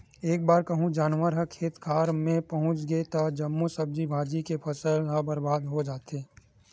एक बार कहूँ जानवर ह खेत खार मे पहुच गे त जम्मो सब्जी भाजी के फसल ह बरबाद हो जाथे